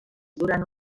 durant